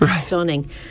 stunning